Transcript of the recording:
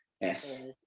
Yes